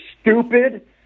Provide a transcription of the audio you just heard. stupid